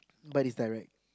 but it's direct